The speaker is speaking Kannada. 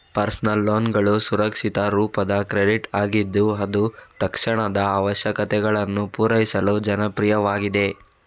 ಪರ್ಸನಲ್ ಲೋನ್ಗಳು ಅಸುರಕ್ಷಿತ ರೂಪದ ಕ್ರೆಡಿಟ್ ಆಗಿದ್ದು ಅದು ತಕ್ಷಣದ ಅವಶ್ಯಕತೆಗಳನ್ನು ಪೂರೈಸಲು ಜನಪ್ರಿಯವಾಗಿದೆ